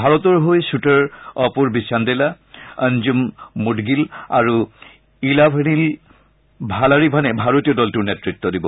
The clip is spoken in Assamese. ভাৰতৰ হৈ খুটাৰ অপূৰ্ভী চান্দেলা অনজম মুডগিল আৰু ইলাভেনিল ভালাৰিভানে ভাৰতীয় দলটোৰ নেড়ত্ব দিব